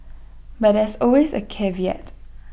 but there's always A caveat